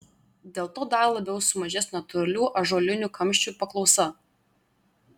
dėl to dar labiau sumažės natūralių ąžuolinių kamščių paklausa